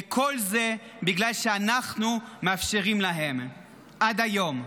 וכל זה בגלל שאנחנו מאפשרים להם, עד היום.